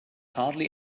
hardly